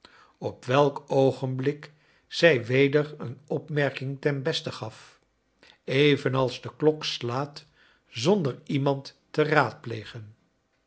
op welk oogenblik zrj weder een opmerking ten beste gaf evenals de klok slaat zonder iemand te raadplegen